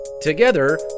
Together